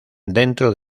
dentro